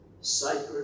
sacred